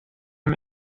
him